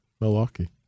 Milwaukee